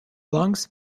lungs